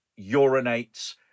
urinates